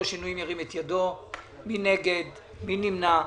מי נמנע?